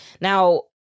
Now